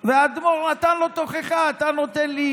והאדמו"ר נתן לו תוכחה: אתה נותן לי